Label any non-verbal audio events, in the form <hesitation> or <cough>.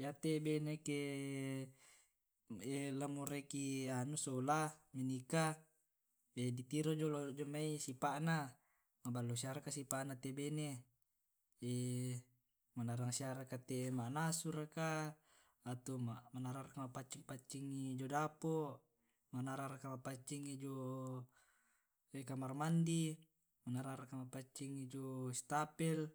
Yate bene ke lamuraiki sola menikah <hesitation> ditiro jolo jomai sipa'na, maballo siaraka sipa'na te bene. <hesitation> manarang siaraka te ma'nasu raka, atau manarang raka ma' paccing paccingngi jio dapo' marang raka ma'paccingngi jio kamar mandi manarang raka ma'paccingi jio wastafel